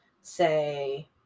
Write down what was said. say